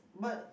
but